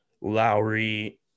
Lowry